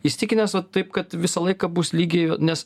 įsitikinęs vat taip kad visą laiką bus lygiai nes